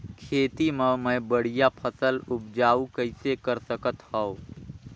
खेती म मै बढ़िया फसल उपजाऊ कइसे कर सकत थव?